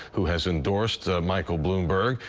who has endorsed michael bloomberg.